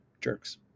jerks